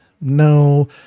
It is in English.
no